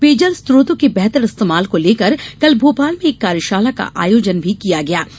पेयजल स्रोतों के बेहतर इस्तेमाल को लेकर कल भोपाल में एक कार्यशाला का आयोजन भी किया गया है